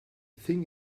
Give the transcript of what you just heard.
thing